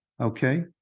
Okay